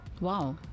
Wow